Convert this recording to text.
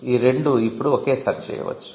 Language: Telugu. ఈ రెండూ ఇప్పుడు ఒకేసారి చేయవచ్చు